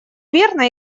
верно